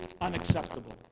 unacceptable